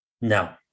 no